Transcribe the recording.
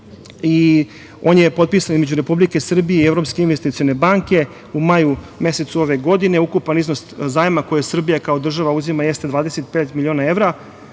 i on je potpisan između Republike Srbije i Evropske investicione banke, u maju mesecu ove godine. Ukupan iznos zajma koji je Srbija uzima, jeste 25 miliona evra.